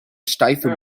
steife